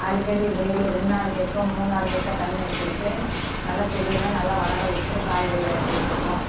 அடிக்கடி டெய்லி ரெண்டு நாளுக்கு ஒருக்கா மூணு நாளுக்கு ஒருக்கா தண்ணி எடுத்து விட்டு நல்ல செடியெல்லாம் நல்லா வளர விட்டு காய்கறி அறுத்துக்கிட்டுருக்கோம்